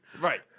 Right